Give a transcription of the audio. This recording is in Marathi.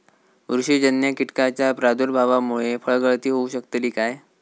बुरशीजन्य कीटकाच्या प्रादुर्भावामूळे फळगळती होऊ शकतली काय?